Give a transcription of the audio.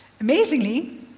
Amazingly